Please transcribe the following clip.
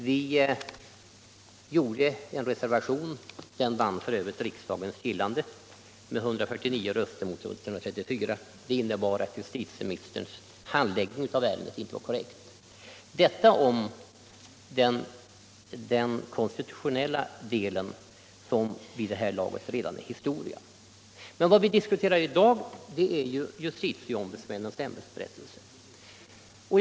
Vi avgav en reservation, som f. ö. vann riksdagens gillande med 149 röster mot 134, med innebörden att justitieministerns handläggning av ärendet inte var korrekt. — Detta om den konstitutionella delen, som vid det här laget redan är historia. I dag diskuterar vi justiticombudsmiinnens ämbetsberättelse.